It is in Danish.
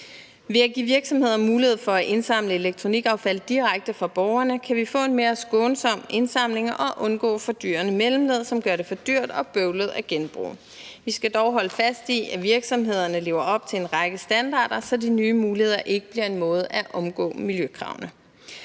Ved at give virksomhederne mulighed for at indsamle elektronikaffald direkte fra borgerne kan vi få en mere skånsom indsamling og undgå fordyrende mellemled, som gør det for dyrt og bøvlet at genbruge. Vi skal dog holde fast i, at virksomhederne lever op til en række standarder, så de nye muligheder ikke bliver en måde at omgå miljøkravene